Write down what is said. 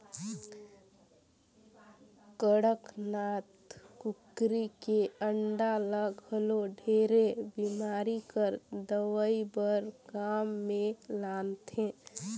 कड़कनाथ कुकरी के अंडा ल घलो ढेरे बेमारी कर दवई बर काम मे लानथे